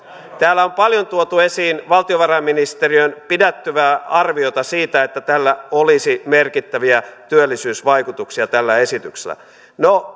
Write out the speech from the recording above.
täällä on paljon tuotu esiin valtiovarainministeriön pidättyvää arviota siitä että tällä esityksellä olisi merkittäviä työllisyysvaikutuksia no